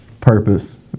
purpose